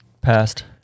passed